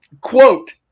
Quote